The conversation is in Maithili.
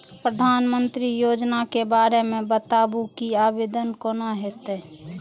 प्रधानमंत्री योजना के बारे मे बताबु की आवेदन कोना हेतै?